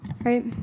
right